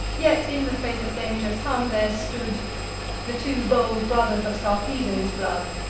yet in the face of danger some there stood the two bold brothers of sarpedon's blood,